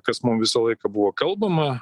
kas mum visą laiką buvo kalbama